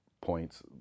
points